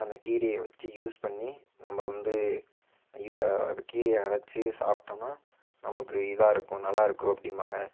அந்த கீரையை வச்சு யூஸ் பண்ணி நம்ம வந்து அந்த கீரையை அரைச்சி சாப்பிட்டோன்னா நமக்கு இதாக இருக்கும் நல்லா இருக்குது அப்படின்பாங்க